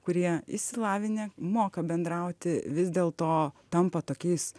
kurie išsilavinę moka bendrauti vis dėl to tampa tokiais